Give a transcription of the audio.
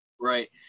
Right